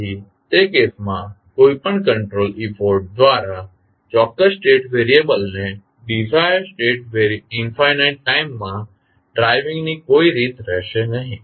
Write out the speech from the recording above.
તેથી તે કેસમાં કોઈ પણ કંટ્રોલ ઇફોર્ટ દ્વારા ચોક્કસ સ્ટેટ વેરિએબલને ડીઝાયર્ડ સ્ટેટ ઇનફાનાઇટ ટાઇમમાં ડ્રાઇવીંગની કોઈ રીત રહેશે નહીં